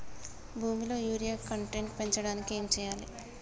భూమిలో urea content పెంచడానికి ఏం చేయాలి?